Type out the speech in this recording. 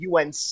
UNC